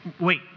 wait